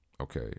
okay